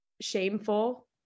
shameful